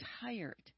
tired